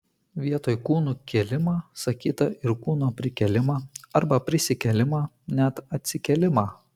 vietoj kūnų kėlimą sakyta ir kūno prikėlimą arba prisikėlimą net atsikėlimą